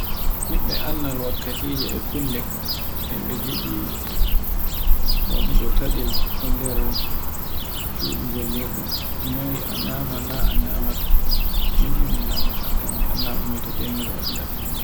nyiɓɓe annal wakkatije e kulle e ɓe ngiɗi waɗugo taccel e nder shudi ngollirɗi. Noy an nyamana na a nyamata, min ni minyamata ngam mi annda ɗume taccengel waɗira.